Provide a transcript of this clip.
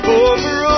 over